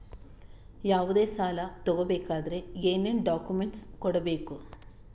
ಯಾವುದೇ ಸಾಲ ತಗೊ ಬೇಕಾದ್ರೆ ಏನೇನ್ ಡಾಕ್ಯೂಮೆಂಟ್ಸ್ ಕೊಡಬೇಕು?